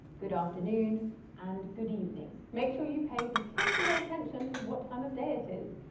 good afternoon and good evening. make sure you pay particular attention to what time of day it is.